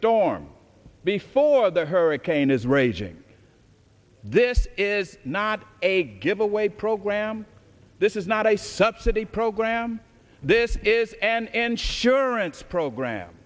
storm before the hurricane is raging this is not a giveaway program this is not a subsidy program this is an ensurance program